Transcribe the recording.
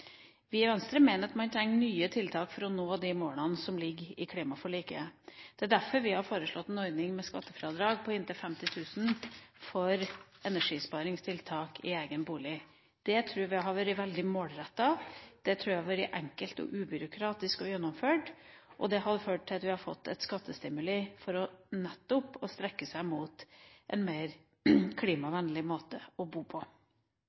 Vi i Venstre mener at man trenger nye tiltak for å nå de målene som ligger i klimaforliket. Det er derfor vi har foreslått ei ordning med skattefradrag på inntil 50 000 kr for energisparingstiltak i egen bolig. Det tror vi hadde vært veldig målrettet, det tror vi hadde vært enkelt og ubyråkratisk å gjennomføre, og det hadde ført til at vi hadde fått skattestimuli for nettopp å strekke seg mot en mer klimavennlig måte å bo på.